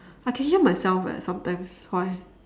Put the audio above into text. I can hear myself eh sometimes why